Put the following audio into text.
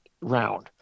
round